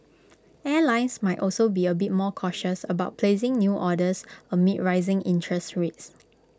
airlines might also be A bit more cautious about placing new orders amid rising interest rates